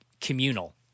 communal